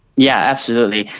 yeah, absolutely.